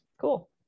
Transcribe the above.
Cool